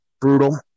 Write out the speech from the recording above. brutal